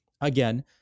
again